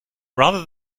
rather